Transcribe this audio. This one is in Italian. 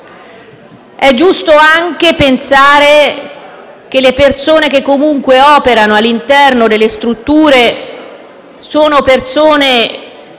È giusto anche pensare che le persone che operano all'interno delle strutture sanitarie,